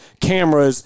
cameras